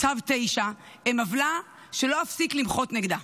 צו 9, הן עוולה שלא אפסיק למחות נגדה.